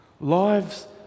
lives